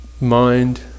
mind